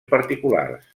particulars